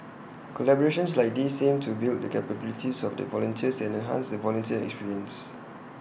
collaborations like these aim to build the capabilities of the volunteers and enhance the volunteer experience